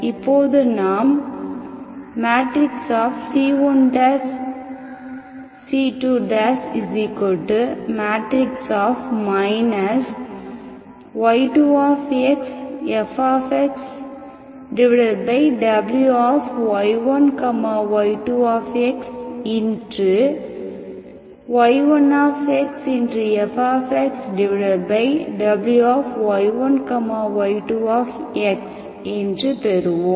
இப்போது நாம் c1 c2 y2fWy1 y2 y1fWy1 y2 என்று பெறுவோம்